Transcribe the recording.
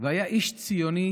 והיה איש ציוני,